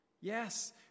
Yes